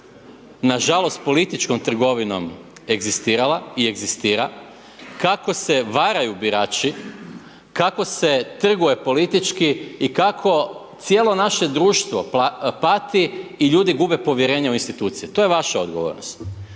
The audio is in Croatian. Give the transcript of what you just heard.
nažalost političkom trgovinom egzistirala i egzistira, kako se varaju birači, kako se trguje politički i kako cijelo naše društvo pati i ljudi gube povjerenje u institucije, to je vaša odgovornost,